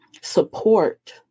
support